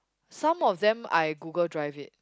some of them I Google Drive it